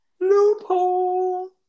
Loophole